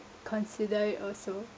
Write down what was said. consider it also